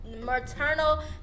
maternal